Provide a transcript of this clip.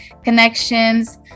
connections